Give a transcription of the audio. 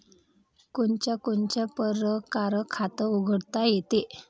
कोनच्या कोनच्या परकारं खात उघडता येते?